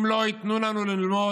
אם לא ייתנו לנו ללמוד,